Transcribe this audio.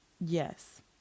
yes